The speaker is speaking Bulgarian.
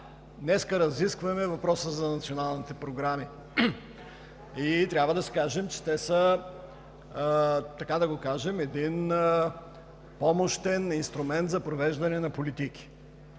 Днес разискваме въпроса за националните програми. Трябва да кажем, че те са един помощен инструмент за провеждане на политики.